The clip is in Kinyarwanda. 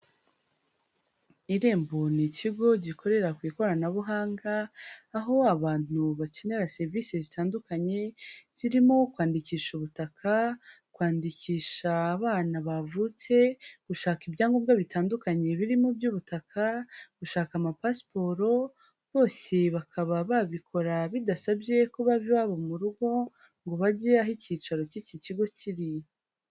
Irembo ni ikigo gikorera ku ikoranabuhanga, aho abantu bakenera serivisi zitandukanye, zirimo kwandikisha ubutaka, kwandikisha abana bavutse, gushaka ibyangombwa bitandukanye birimo iby'ubutaka, gushaka amapasiporo, bose bakaba babikora bidasabye kuba bava iwabo mu rugo, ngo bajye aho icyicaro k'iki kigo kiri.